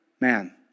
Man